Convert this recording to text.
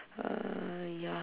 uh ya